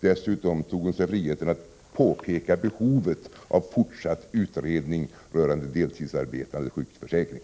Dessutom tog Doris Håvik sig friheten att peka på behovet av fortsatt utredning rörande deltidsarbetandes sjukförsäkring.